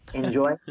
enjoy